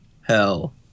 hell